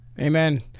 Amen